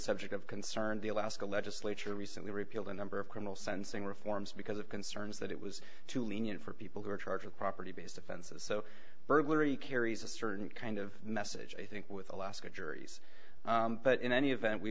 subject of concern the alaska legislature recently repealed a number of criminal sentencing reforms because of concerns that it was too lenient for people who are charge of property based offenses so burglary carries a certain kind of message i think with alaska juries but in any event we